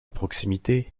proximité